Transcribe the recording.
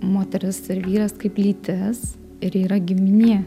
moteris ir vyras kaip lytis ir yra giminė